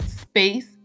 space